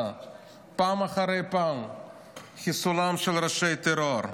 פעם אחרי פעם את חיסולם של ראשי הטרור.